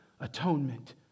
atonement